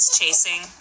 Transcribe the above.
chasing